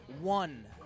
One